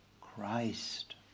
Christ